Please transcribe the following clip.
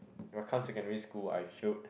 when come secondary school I failed